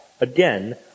again